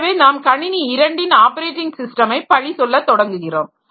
எனவே நாம் கணினி 2 இன் ஆப்பரேட்டிங் ஸிஸ்டமை பழி சொல்ல தொடங்குகிறோம்